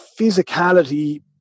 physicality